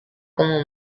como